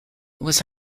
was